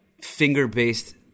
finger-based